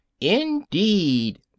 Indeed